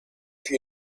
for